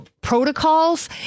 protocols